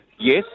Yes